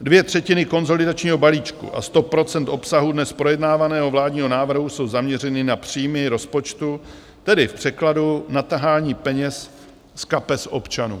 Dvě třetiny konsolidačního balíčku a sto procent obsahu dnes projednávaného vládního návrhu jsou zaměřeny na příjmy rozpočtu, tedy v překladu na tahání peněz z kapes občanů.